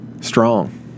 Strong